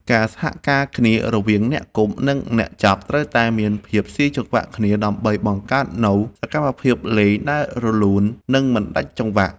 ការសហការគ្នារវាងអ្នកគប់ និងអ្នកចាប់ត្រូវតែមានភាពស៊ីចង្វាក់គ្នាដើម្បីបង្កើតនូវសកម្មភាពលេងដែលរលូន និងមិនដាច់ចង្វាក់។